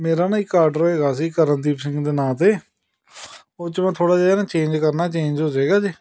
ਮੇਰਾ ਨਾ ਇੱਕ ਆਰਡਰ ਹੈਗਾ ਸੀ ਕਰਨਦੀਪ ਸਿੰਘ ਦੇ ਨਾਂ 'ਤੇ ਉਹ 'ਚ ਮੈਂ ਥੋੜ੍ਹਾ ਜਿਹਾ ਨਾ ਚੇਂਜ ਕਰਨਾ ਚੇਂਜ ਹੋ ਜਾਏਗਾ ਜੇ